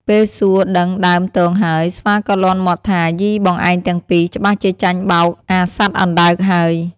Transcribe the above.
ពេលសួរដឹងដើមទងហើយ ស្វាក៏លាន់មាត់ថា៖ "យីបងឯងទាំងពីរ ច្បាស់ជាចាញ់បោកអាសត្វអណ្ដើកហើយ។